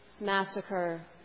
massacre